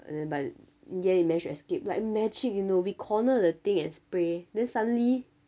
but in the end it managed to escape like magic you know we corner the thing and spray then suddenly